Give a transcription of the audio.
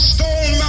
Stone